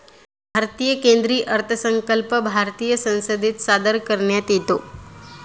भारतीय केंद्रीय अर्थसंकल्प भारतीय संसदेत सादर करण्यात येतो